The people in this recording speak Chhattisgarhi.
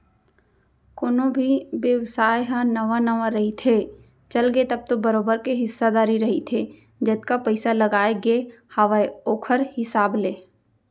कोनो भी बेवसाय ह नवा नवा रहिथे, चलगे तब तो बरोबर के हिस्सादारी रहिथे जतका पइसा लगाय गे हावय ओखर हिसाब ले